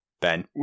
ben